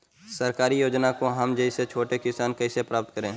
सरकारी योजना को हम जैसे छोटे किसान कैसे प्राप्त करें?